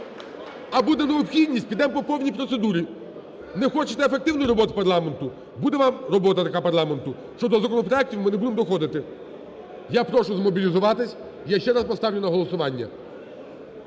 А буде необхідність, підемо по повній процедурі. Не хочете ефективну роботу парламенту, буде вам робота така парламенту, що до законопроектів ми не будемо доходити. Я прошу змобілізуватись. Я ще раз поставлю на голосування.